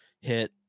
hit